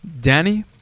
Danny